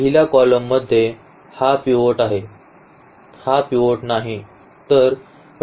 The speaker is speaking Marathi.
पहिल्या column मध्ये हा पिव्होट आहे हा पिव्होट नाही